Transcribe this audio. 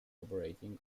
operating